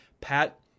Pat